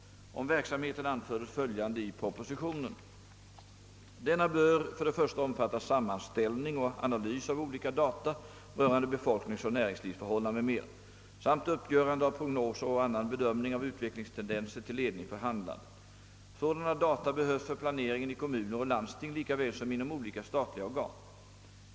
Om verksamheten anfördes följande i propositionen : »Denna bör för det första omfatta sammanställning och analys av olika data rörande befolkningsoch näringslivsförhållanden m.m. samt uppgörande av prognoser och annan bedömning av utvecklingstendenser till ledning för handlandet. Sådana data behövs för planeringen i kommuner och landsting likaväl som inom olika statliga organ.